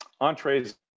entrees